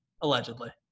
allegedly